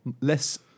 less